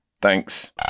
Thanks